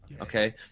Okay